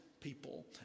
people